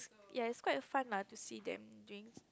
ya it's quite fun lah to see them doing